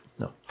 No